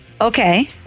Okay